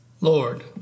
Lord